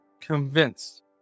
convinced